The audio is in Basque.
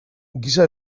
giza